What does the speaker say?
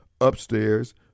Upstairs